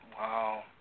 Wow